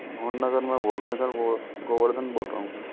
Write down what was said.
मोहन नगर में बोल रहे है सर वो गोवर्धन बोल रहा हूँ सर